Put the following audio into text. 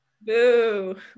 boo